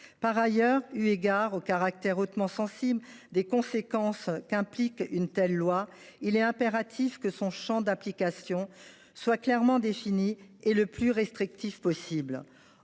Par ailleurs, eu égard au caractère hautement sensible des conséquences qu’implique une telle loi, il est impératif que son champ d’application soit clairement déterminé et le plus restrictif possible.